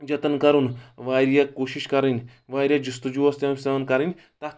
جتن کرُن واریاہ کوٗشِش کرٕنۍ واریاہ جُستجوٗ ٲس تٔمس پیٚوان کَرٕنۍ تتھ